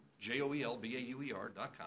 J-O-E-L-B-A-U-E-R.com